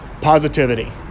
positivity